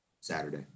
Saturday